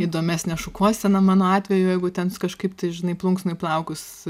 įdomesnė šukuosena mano atveju jeigu ten kažkaip tai žinai plunksnai plaukus